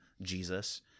Jesus